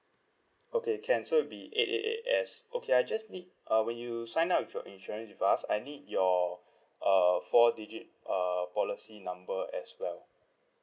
okay can so it'll be eight eight eight S okay I just need uh when you sign up with your insurance with us I need your uh four digit uh policy number as well